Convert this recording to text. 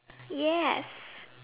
yes